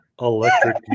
Electric